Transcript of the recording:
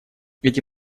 эти